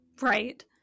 Right